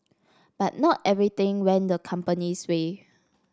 but not everything went the company's way